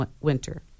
winter